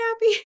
happy